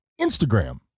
Instagram